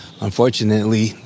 Unfortunately